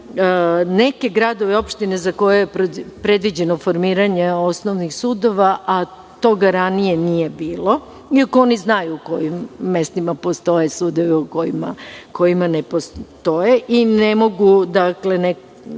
neke gradove i opštine za koje je predviđeno formiranje osnovnih sudova, a toga ranije nije bilo, iako oni znaju u kojim mestima postoje sudovi, a u kojima ne postoje i ne mogu dakle, neki